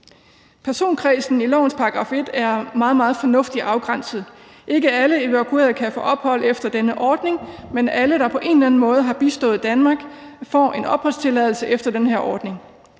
Personkredsen i lovforslagets § 1 er meget, meget fornuftigt afgrænset. Ikke alle evakuerede kan få ophold efter denne ordning, men alle, der på en eller anden måde har bistået Danmark, får en opholdstilladelse efter den her ordning.